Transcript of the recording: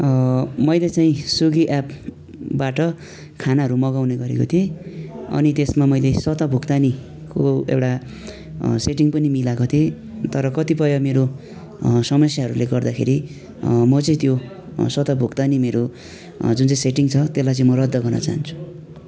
मैले चाहिँ स्विगी एपबाट खानाहरू मगाउने गरेको थिएँ अनि त्यसमा मैले स्वतः भुक्तानीको एउटा सेटिङ पनि मिलाएको थिएँ तर कतिपय मेरो समस्याहरूले गर्दाखेरि म चाहिँ त्यो स्वतः भुक्तानी मेरो जुन चाहिँ सेटिङ छ त्यललाई चाहिँ म रद्द गर्न चाहन्छु